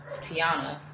Tiana